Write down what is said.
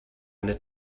eine